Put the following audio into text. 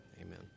Amen